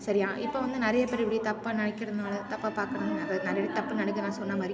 சரியா இப்போ வந்து நிறையா பேர் இப்படி தப்பாக நினைக்கிறதுனால தப்பாக பார்க்கறதுனால நெறை நிறைய தப்பு நடக்குது நான் சொன்ன மாதிரி